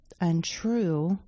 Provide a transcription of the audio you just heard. untrue